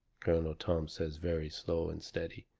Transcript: colonel tom says very slow and steady,